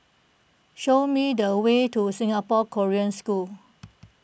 show me the way to Singapore Korean School